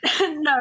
No